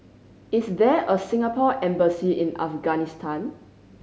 is there a Singapore Embassy in Afghanistan